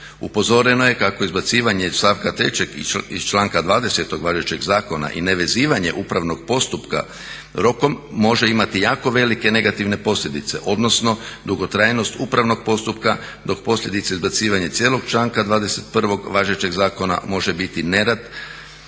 Upozoreno je kako izbacivanje stavka 3. iz članka 20. iz važećeg zakona i nevezivanje upravnog postupaka rokom može imati jako velike negativne posljedice odnosno dugotrajnost upravnog postupka dok posljedice izbacivanja cijelog članka 21. važećeg zakona može biti nerad